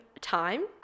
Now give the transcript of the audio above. time